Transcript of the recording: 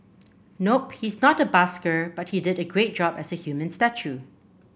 nope he's not a busker but he did a great job as a human statue